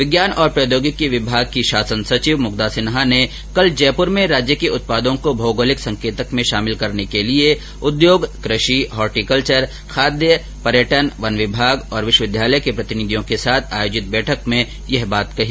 विज्ञान और प्रौद्योगिकी विभाग की शासन सचिव मुग्धा सिन्हा ने कल जयपूर में राज्य के उत्पादों को भौगोलिक संकेतक में शामिल करने के लिए उद्योग कृषि हार्टीकल्वर खाद्य पर्यटन वन विमाग और विश्वविद्यालयों के प्रतिनिधियों के साथ आयोजित बैठक में यह बात कही